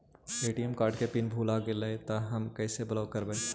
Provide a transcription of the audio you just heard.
ATM card को pin number भुला गैले तौ हम कैसे ब्लॉक करवै?